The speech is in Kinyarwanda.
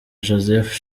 joseph